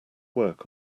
work